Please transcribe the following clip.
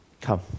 Come